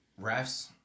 refs